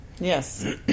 Yes